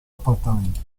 appartamenti